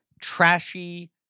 trashy